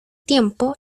tiempo